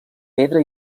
pedra